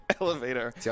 elevator